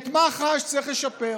את מח"ש צריך לשפר,